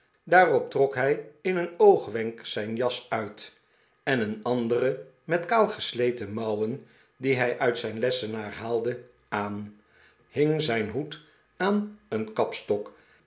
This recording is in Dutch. daarop trok hij in een oogwenk zijn jas uit en een anderen met kaalgesleten mouwen die hij uit zijn lessenaar haalde aan hing zijn hoed aan een kapstok